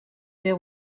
there